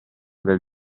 del